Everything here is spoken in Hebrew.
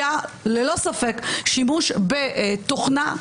היה ללא ספק שימוש בתוכנה.